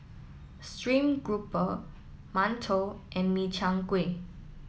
Stream Grouper Mantou and Min Chiang Kueh